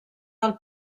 del